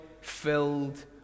filled